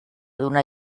donar